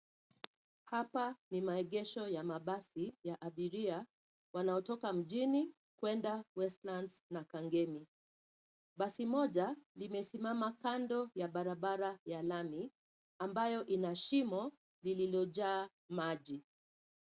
Hapa ni maegesho ya mabasi ya abiria wanaotoka mjini kwenda Westlands na Kangemi. Basi moja limesimama kando ya barabara ya lami, ambayo ina shimo lililojaa maji.